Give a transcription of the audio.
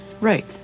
right